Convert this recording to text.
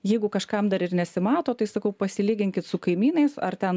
jeigu kažkam dar ir nesimato tai sakau pasilyginkit su kaimynais ar ten